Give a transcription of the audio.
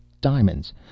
diamonds